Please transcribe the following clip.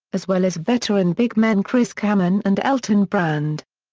as well as veteran big men chris kaman and elton brand.